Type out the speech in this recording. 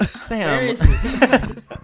Sam